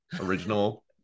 original